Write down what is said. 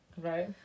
Right